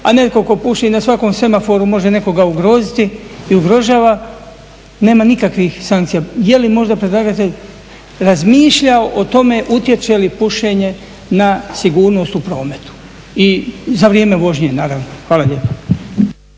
a netko tko puši na svakom semaforu može nekoga ugroziti i ugrožava nema nikakvih sankcija. Je li možda predlagatelj razmišljao o tome utječe li pušenje na sigurnost u prometu i za vrijeme vožnje, naravno? Hvala lijepa.